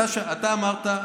אמרת,